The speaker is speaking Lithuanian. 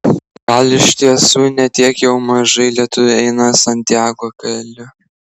gal iš tiesų ne tiek jau mažai lietuvių eina santiago keliu